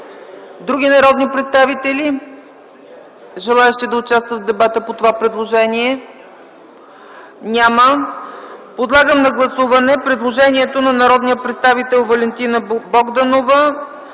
други народни представители, желаещи да участват в дебата по това предложение? Няма. Подлагам на гласуване предложението на народния представител Валентина Богданова